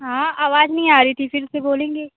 हाँ आवाज नहीं आ रही थी फिर से बोलेंगे